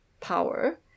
power